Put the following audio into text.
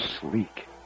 sleek